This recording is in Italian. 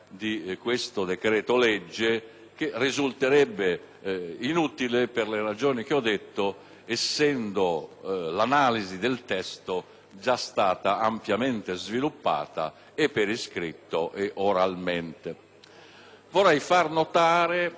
che risulterebbe inutile per le ragioni che ho detto, essendo l'analisi del testo già stata ampiamente sviluppata, e per iscritto e oralmente. Vorrei far invece notare e ricordare